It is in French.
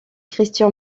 christian